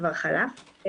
שכבר חלף.